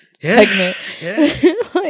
segment